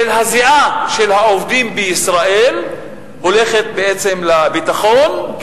של הזיעה של העובדים בישראל הולכת בעצם לביטחון,